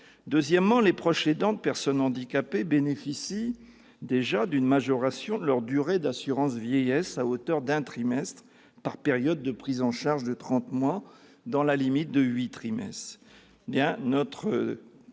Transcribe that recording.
Ensuite, les proches aidants de personnes handicapées bénéficiant déjà d'une majoration de leur durée de cotisation à l'assurance vieillesse, à hauteur d'un trimestre par période de prise en charge de trente mois, dans la limite de huit trimestres,